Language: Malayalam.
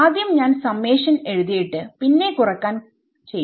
ആദ്യം ഞാൻ സമ്മേഷൻ എഴുതിയിട്ട് പിന്നെ കുറക്കൽ ചെയ്യും